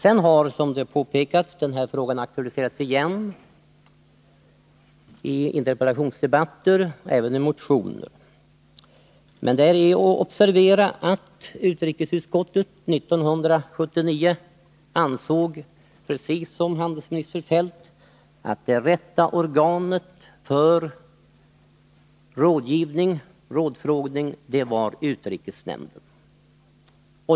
Sedan har frågan, som sagt, aktualiserats igen i interpellationsdebatter liksom även i motioner. Men det är att observera att utrikesutskottet 1979 ansåg, precis som handelsminister Feldt, att det rätta organet för rådgivning och rådfrågning är utrikesnämnden.